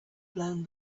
blown